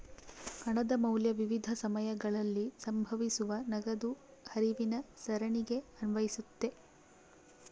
ಹಣದ ಮೌಲ್ಯ ವಿವಿಧ ಸಮಯಗಳಲ್ಲಿ ಸಂಭವಿಸುವ ನಗದು ಹರಿವಿನ ಸರಣಿಗೆ ಅನ್ವಯಿಸ್ತತೆ